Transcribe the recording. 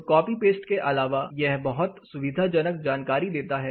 तो copy paste के अलावा यह बहुत सुविधाजनक जानकारी है